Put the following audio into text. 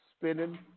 spinning